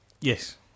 Yes